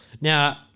Now